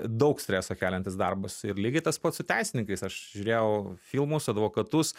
daug streso keliantis darbas ir lygiai tas pats su teisininkais aš žiūrėjau filmus advokatus